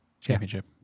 championship